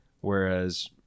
whereas